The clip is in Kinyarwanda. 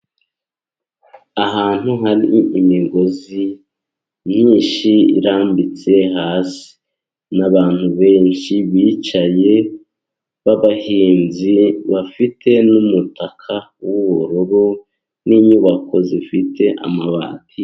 Ahantu hari imigozi myinshi irambitse hasi, n'abantu benshi bicaye b'abahinzi bafite n'umutaka w'ubururu, n'inyubako zifite amabati.